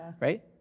Right